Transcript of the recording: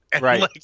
Right